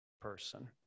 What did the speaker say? person